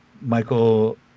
Michael